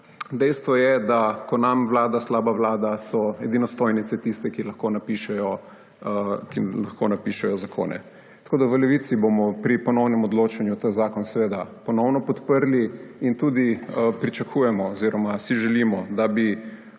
Dejstvo je, da ko nam vlada slaba vlada, so edino stojnice tiste, ki lahko napišejo zakone. V Levici bomo pri ponovnem odločanju ta zakon seveda ponovno podprli in tudi pričakujemo oziroma si želimo, da bi